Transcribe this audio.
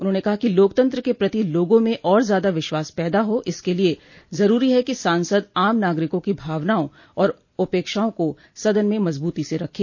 उन्होंने कहा कि लोकतंत्र के प्रति लोगों में और ज्यादा विश्वास पैदा हो इसके लिये जरूरी है कि सांसद आम नागरिकों की भावनाओं और अपेक्षाओं को सदन में मजबूती से रखे